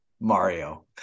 mario